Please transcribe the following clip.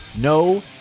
No